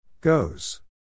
Goes